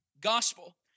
gospel